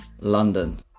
London